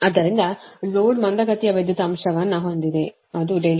ಆದ್ದರಿಂದ ಲೋಡ್ ಮಂದಗತಿಯ ವಿದ್ಯುತ್ ಅಂಶವನ್ನು ಹೊಂದಿದೆ ಅದು R ಇದು 36